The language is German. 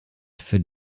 für